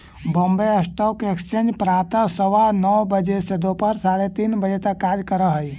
Bombay stock exchange प्रातः सवा नौ बजे से दोपहर साढ़े तीन तक कार्य करऽ हइ